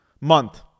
month